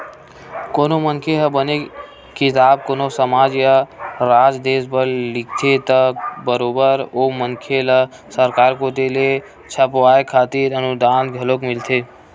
कोनो मनखे ह बने किताब कोनो समाज या राज देस बर लिखथे त बरोबर ओ मनखे ल सरकार कोती ले छपवाय खातिर अनुदान घलोक मिलथे